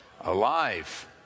Alive